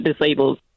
disabled